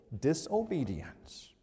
disobedience